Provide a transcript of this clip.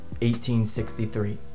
1863